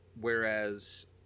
Whereas